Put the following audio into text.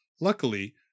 Luckily